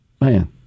Man